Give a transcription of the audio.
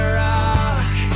rock